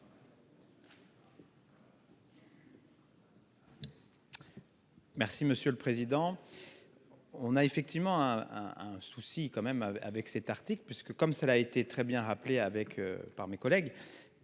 Merci monsieur le président. On a effectivement un un souci quand même avec cet article puisque comme ça l'a été très bien rappelé avec par mes collègues.